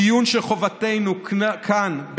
דיון שחובתנו כאן,